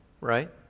right